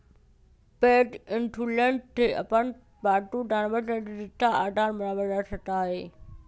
पेट insurance से अपन पालतू जानवर के चिकित्सा आसान बनावल जा सका हई